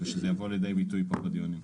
ושזה יבוא לידי ביטוי בדיונים.